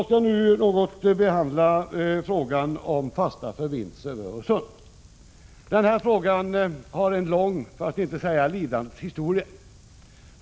Låt mig nu något behandla frågan om fasta förbindelser över Öresund. Den frågan har en lång, för att inte säga lidandes, historia.